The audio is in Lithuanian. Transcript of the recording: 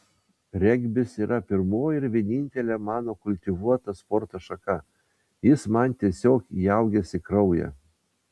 regbis yra pirmoji ir vienintelė mano kultivuota sporto šaka jis man tiesiog įaugęs į kraują